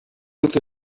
with